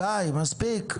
--- גזענות.